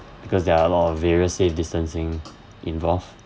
because there are a lot of various safe distancing involved